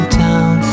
town